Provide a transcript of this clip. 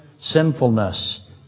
sinfulness